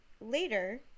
later